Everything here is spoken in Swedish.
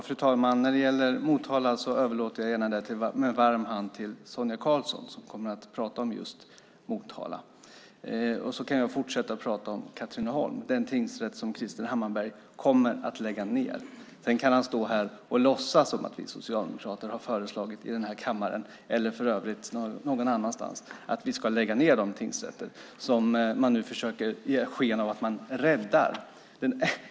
Fru talman! När det gäller Motala överlåter jag det med varm hand till Sonia Karlsson som kommer att tala om just Motala. I stället kan jag fortsätta att tala om Katrineholm, den tingsrätt som Krister Hammarbergh kommer att lägga ned. Sedan kan han låtsas att vi socialdemokrater föreslagit i kammaren eller någon annanstans att vi ska lägga ned de tingsrätter som man nu försöker ge sken av att man räddar.